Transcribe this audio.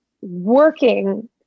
working